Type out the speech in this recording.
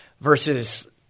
versus